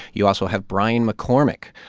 you also have brian mccormack.